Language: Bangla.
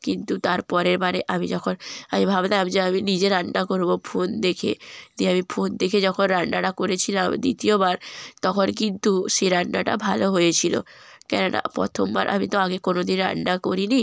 কিন্তু তার পরের বারে আমি যখন আমি ভাবলাম যে আমি নিজে রান্না করব ফোন দেখে দিয়ে আমি ফোন দেখে যখন রান্নাটা করেছিলাম দ্বিতীয়বার তখন কিন্তু সে রান্নাটা ভালো হয়েছিল কেননা প্রথমবার আমি তো আগে কোনোদিন রান্না করিনি